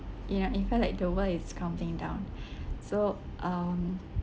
you know you felt like the world is crumbling down so um